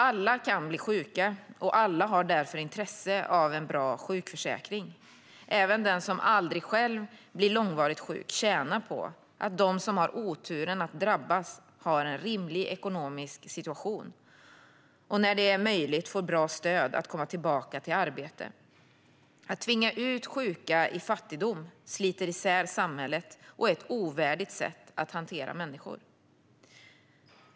Alla kan bli sjuka och alla har därför intresse av en bra sjukförsäkring. Även den som aldrig själv blir långvarigt sjuk tjänar på att de som har oturen att drabbas har en rimlig ekonomisk situation och när det är möjligt får bra stöd att komma tillbaka till arbete. Att tvinga ut sjuka i fattigdom sliter isär samhället och är ett ovärdigt sätt att hantera människor.